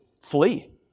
Flee